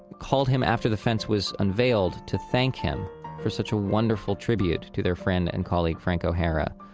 called him after the fence was unveiled to thank him for such a wonderful tribute to their friend and colleague, frank o'hara.